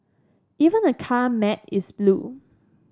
even the car mat is blue